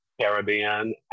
Caribbean